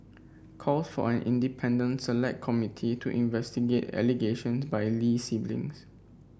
calls for an independent select committee to investigate allegations by Lee siblings